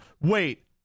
Wait